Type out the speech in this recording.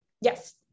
Yes